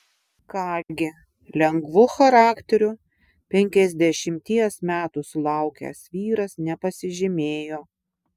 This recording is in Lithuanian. ką gi lengvu charakteriu penkiasdešimties metų sulaukęs vyras nepasižymėjo